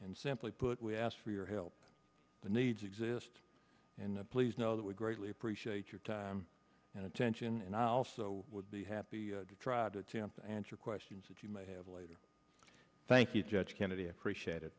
and simply put we asked for your help but need to exist in a please know that we greatly appreciate your time and attention and i also would be happy to try to attempt to answer questions that you may have later thank you judge kennedy appreciate